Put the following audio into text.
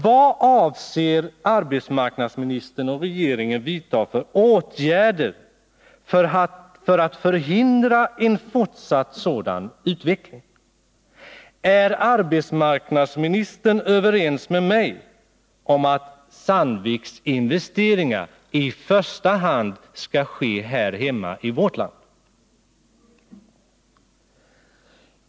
Vad avser arbetsmarknadsministern och regeringen vidta för åtgärder för att förhindra en fortsatt sådan utveckling? Ärarbetsmarknadsministern överens med mig om att Sandviks investeringar i första hand skall ske här hemma i vårt land?